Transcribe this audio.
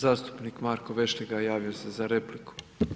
Zastupnik Marko Vešligaj, javio se za repliku.